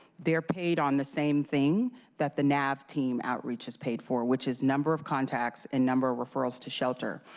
they are paid on the same thing that the nav team outreach has paid for, which is a number of contacts and number of referrals to shelter.